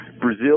Brazil